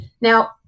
Now